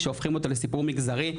שהופכים אותו לסיפור מגזרי,